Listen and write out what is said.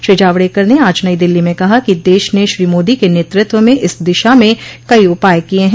श्री जावड़ेकर ने आज नई दिल्ली में कहा कि देश ने श्री मोदी के नेतृत्व में इस दिशा में कई उपाय किये हैं